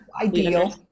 Ideal